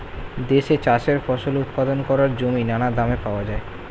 দেশে চাষের ফসল উৎপাদন করার জমি নানা দামে পাওয়া যায়